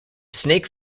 snake